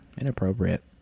Inappropriate